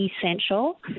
essential